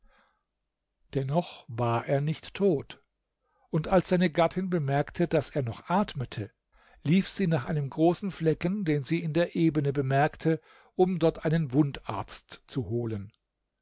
dennoch war er nicht tot und als seine gattin bemerkte daß er noch atmete lief sie nach einem großen flecken den sie in der ebene bemerkte um dort einen wundarzt zu holen